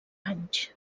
anys